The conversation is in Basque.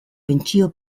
pentsio